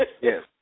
Yes